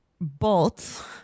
bolts